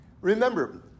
Remember